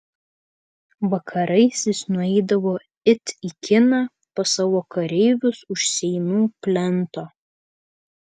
vakarais jis nueidavo it į kiną pas savo kareivius už seinų plento